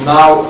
Now